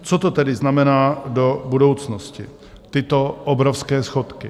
Co to tedy znamená do budoucnosti, tyto obrovské schodky?